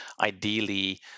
ideally